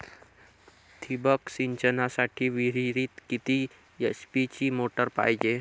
ठिबक सिंचनासाठी विहिरीत किती एच.पी ची मोटार पायजे?